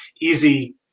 Easy